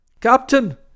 Captain